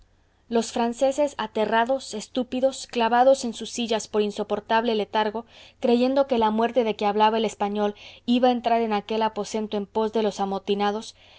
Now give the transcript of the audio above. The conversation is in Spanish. los franceses aterrados estúpidos clavados en sus sillas por insoportable letargo creyendo que la muerte de que hablaba el español iba a entrar en aquel aposento en pos de los amotinados